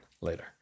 later